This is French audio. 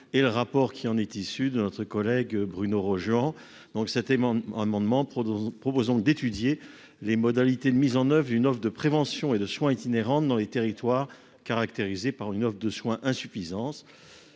sur le rapport de notre collègue Bruno Rojouan qui en est issu. Avec cet amendement, nous proposons d'étudier les modalités de mise en oeuvre d'une offre de prévention et de soins itinérante dans les territoires caractérisés par une offre de soins insuffisante.